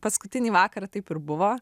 paskutinį vakarą taip ir buvo